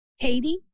Katie